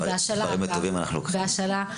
אגב, זה בהשאלה.